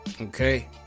Okay